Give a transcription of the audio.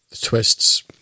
twists